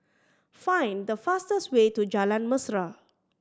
find the fastest way to Jalan Mesra